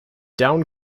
down